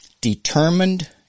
determined